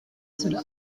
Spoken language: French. cela